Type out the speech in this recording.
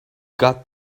got